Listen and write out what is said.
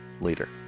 later